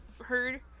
heard